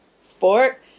sport